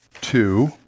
two